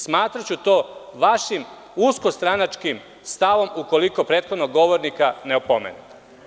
Smatraću to vašim uskostranačkim stavom ukoliko prethodnog govornika ne opomenete.